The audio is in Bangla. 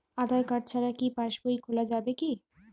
আধার কার্ড ছাড়া কি পাসবই খোলা যাবে কি?